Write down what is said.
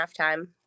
halftime